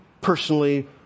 personally